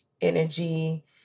energy